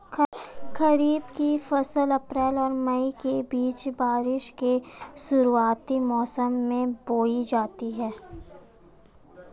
खरीफ़ की फ़सल अप्रैल और मई के बीच, बारिश के शुरुआती मौसम में बोई जाती हैं